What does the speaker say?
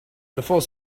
before